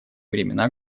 времена